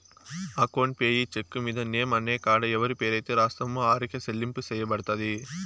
account payee cheque మీద name అనే కాడ ఎవరి పేరైతే రాస్తామో ఆరికే సెల్లింపు సెయ్యబడతది